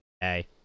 Hey